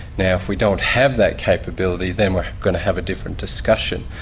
now if we don't have that capability then we're going to have a different discussion.